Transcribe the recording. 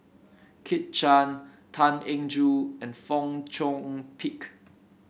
Kit Chan Tan Eng Joo and Fong Chong Pik